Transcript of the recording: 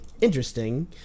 interesting